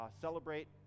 celebrate